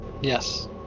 yes